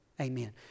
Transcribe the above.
amen